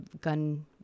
gun